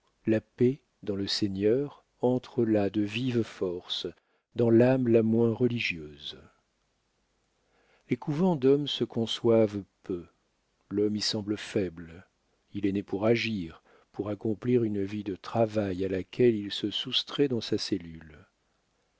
la paix dans le seigneur entre là de vive force dans l'âme la moins religieuse les couvents d'hommes se conçoivent peu l'homme y semble faible il est né pour agir pour accomplir une vie de travail à laquelle il se soustrait dans sa cellule